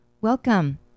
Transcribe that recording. Welcome